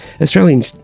Australian